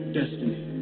destiny